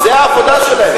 זו העבודה שלהם.